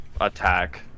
attack